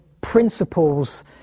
principles